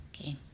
Okay